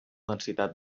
densitat